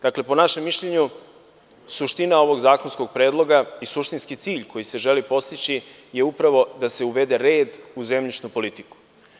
Dakle, po našem mišljenju suština ovog zakonskog predloga i suštinski cilj koji se želi postići je upravo da se uvede red u zemljišnu politiku.